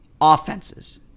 offenses